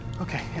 okay